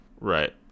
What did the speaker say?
right